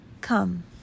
come